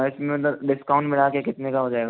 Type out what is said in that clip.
इसमें मतलब डिस्काउंट मिला के कितने का हो जाएगा